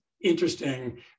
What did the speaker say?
interesting